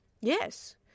Yes